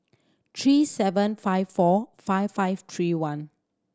three seven five four five five three one